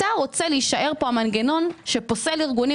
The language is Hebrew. אתה רוצה להשאיר פה מנגנון שפוסל ארגונים